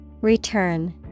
Return